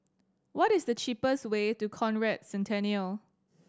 what is the cheapest way to Conrad Centennial